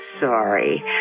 sorry